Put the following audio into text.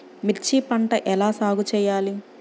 మిర్చి పంట ఎలా సాగు చేయాలి?